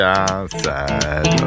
outside